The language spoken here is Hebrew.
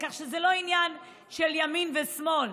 כך שזה לא עניין של ימין ושמאל,